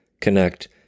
connect